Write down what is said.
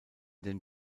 den